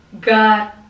God